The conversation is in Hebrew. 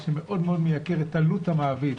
מה שמאוד מייקר את עלות המעביד,